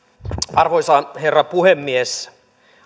arvoisa herra puhemies